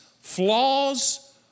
flaws